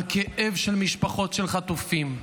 על כאב משפחות של חטופים,